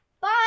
Bye